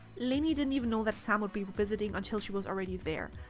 lainey didn't know that sam would be visiting until she was already there.